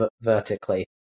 vertically